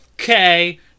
okay